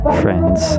friends